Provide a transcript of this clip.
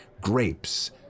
grapes